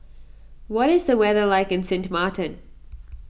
what is the weather like in Sint Maarten